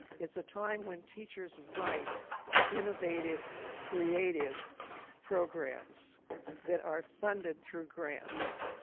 it's a time when teachers write innovative creative programs that are funded through grants.